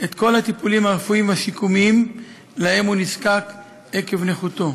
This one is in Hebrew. את כל הטיפולים הרפואיים והשיקומיים שלהם הוא נזקק עקב נכותו.